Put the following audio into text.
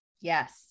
Yes